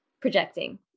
projecting